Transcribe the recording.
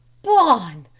bon!